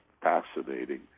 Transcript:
fascinating